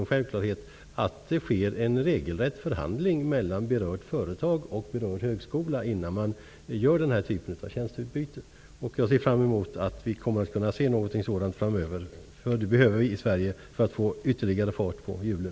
Dessutom skall det självfallet ske en regelrätt förhandling mellan berört företag och berörd högskola innan man gör detta tjänsteutbyte. Jag ser fram emot att det kommer att bli ett sådant här system framöver. Det behöver vi i Sverige för att få ytterligare fart på hjulen.